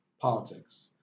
politics